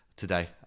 today